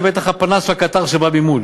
זה בטח הפנס הקטן שבא ממול.